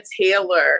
Taylor